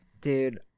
Dude